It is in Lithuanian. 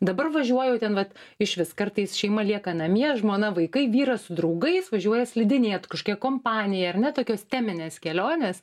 dabar važiuoju ten vat išvis kartais šeima lieka namie žmona vaikai vyras su draugais važiuoja slidinėt kažkokia kompanija ar ne tokios teminės kelionės